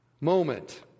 moment